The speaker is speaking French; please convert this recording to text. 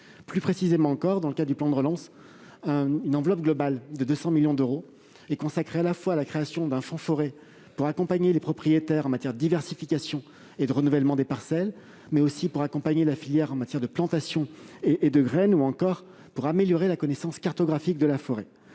Plus précisément, dans le cadre du plan de relance, une enveloppe globale de 200 millions d'euros est consacrée à la création d'un Fonds forêt non seulement pour accompagner les propriétaires en matière de diversification et de renouvellement des parcelles, mais aussi pour accompagner la filière en matière de plantations et de graines, ou encore pour améliorer la connaissance cartographique de la forêt.